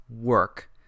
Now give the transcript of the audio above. work